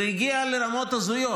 זה הגיע לרמות הזויות.